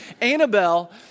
Annabelle